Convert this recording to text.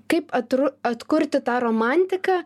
kaip atru atkurti tą romantiką